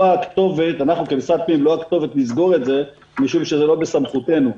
אנחנו כמשרד הפנים לא הכתובת "לסגור" את זה משום שזה לא בסמכותנו.